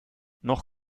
noch